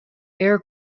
air